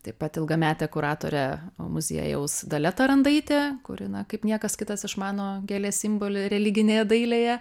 taip pat ilgametė kuratorė muziejaus dalia tarandaitė kuri na kaip niekas kitas išmano gėlės simbolį religinėje dailėje